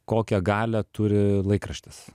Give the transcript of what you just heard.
kokią galią turi laikraštis